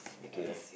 K